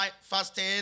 fasting